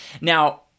Now